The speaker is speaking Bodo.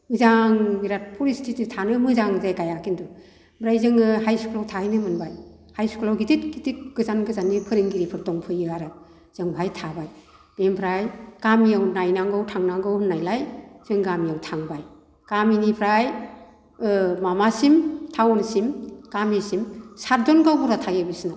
मोजां बिराद परिस्टिथि थानो मोजां जायगाया खिन्थु ओमफ्राय जोङो हाइस्कुलआव थाहैनो मोनबाय हाइस्कुलआव गिदिर गिदिर गोजान गोजाननि फोरोंगिरिफोर दंफैयो आरो जों बेहाय थाबाय बेनिफ्राय गामियाव नायनांगौ थांनांगौ होननायलाय जों गामियाव थांबाय गामिनिफ्राय माबासिम थाउनसिम गामिसिम साथजन गावबुरा थायो